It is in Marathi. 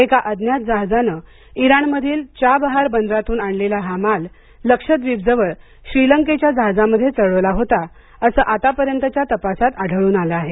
एका अज्ञात जहाजानं इराणमधील चबाहार बंदरातून आणलेला हा माल लक्षद्वीपजवळ श्रीलंकेच्या जहाजामध्ये चढवला होता असं आतापर्यंतच्या तपासात आढळून आलं आहे